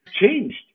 changed